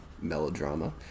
Melodrama